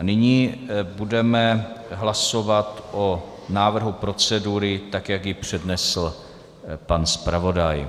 Nyní budeme hlasovat o návrhu procedury, jak ji přednesl pan zpravodaj.